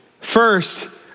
first